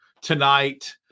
tonight